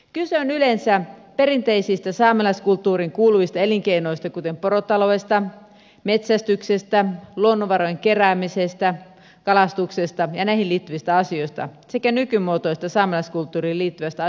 kyse on yleensä perinteisistä saamelaiskulttuuriin kuuluvista elinkeinoista kuten porotaloudesta metsästyksestä luonnonvarojen keräämisestä kalastuksesta ja näihin liittyvistä asioista sekä nykymuotoisista saamelaiskulttuuriin liittyvistä asioista kuten matkailusta